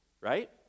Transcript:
right